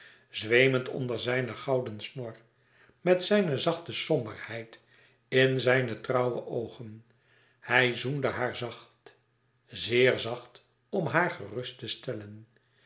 zweemend onder zijne gouden snor met zijne zachte somberheid in zijne trouwe oogen hij zoende haar zacht zeer zacht om haar gerust te stellen